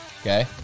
Okay